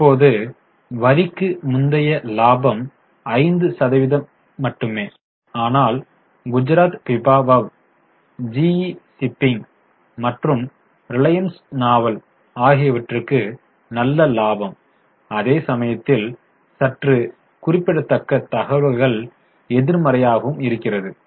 இப்போது வரிக்கு முந்தைய லாபம் 5 சதவிகிதம் மட்டுமே ஆனால் குஜராத் பிபாவவ் GE ஷிப்பிங் மற்றும் ரிலையன்ஸ் நாவல் ஆகியவற்றுக்கு நல்ல லாபம் அதே சமயத்தில் சற்று குறிப்பிடத்தக்க தகவல்கள் எதிர்மறையாகவும் இருக்கிறது